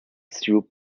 through